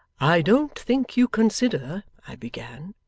i don't think you consider i began.